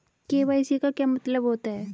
KYC का क्या मतलब होता है?